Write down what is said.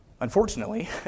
unfortunately